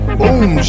boom